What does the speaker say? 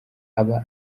aba